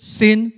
sin